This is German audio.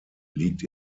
liegt